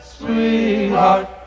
sweetheart